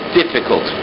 difficult